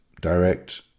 direct